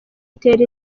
itera